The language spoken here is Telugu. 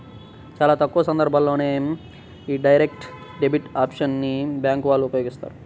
చాలా తక్కువ సందర్భాల్లోనే యీ డైరెక్ట్ డెబిట్ ఆప్షన్ ని బ్యేంకు వాళ్ళు ఉపయోగిత్తారు